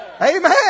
Amen